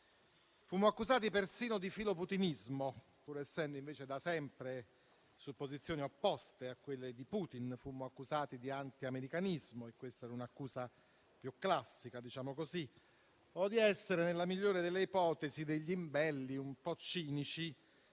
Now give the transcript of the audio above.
Fummo accusati persino di filoputinismo, pur essendo invece da sempre su posizioni opposte a quelle di Putin; fummo accusati di antiamericanismo (e questa era un'accusa più classica) o di essere, nella migliore delle ipotesi, degli imbelli un po' cinici,